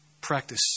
practice